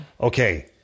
Okay